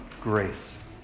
grace